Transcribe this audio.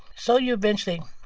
so you eventually